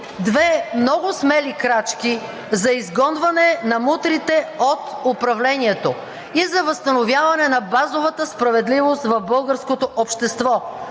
две много смели крачки за изгонване на мутрите от управлението и за възстановяване на базовата справедливост в българското общество.